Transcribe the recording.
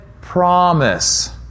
Promise